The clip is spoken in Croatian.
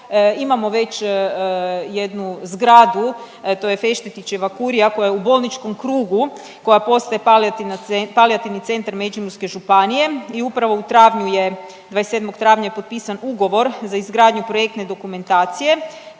imamo već jednu zgradu to je Feštetićeva kurija koja je u bolničkom krugu koja postaja Palijativni centar Međimurske županije i upravo u travnju je 27. travnja je potpisan ugovor za izgradnju projektne dokumentacije